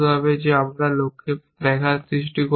যে আমরা লক্ষ্যে ব্যাঘাত সৃষ্টি করব না